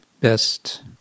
best